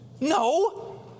No